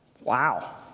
Wow